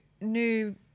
new